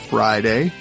Friday